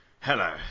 Hello